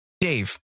Dave